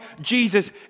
Jesus